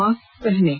mask पहनें